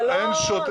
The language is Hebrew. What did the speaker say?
זה לא --- לא,